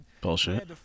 Bullshit